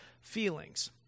feelings